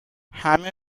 همه